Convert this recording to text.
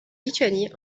lituanie